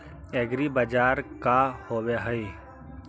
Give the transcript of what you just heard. एग्रीबाजार का होव हइ?